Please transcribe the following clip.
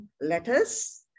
letters